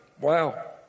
Wow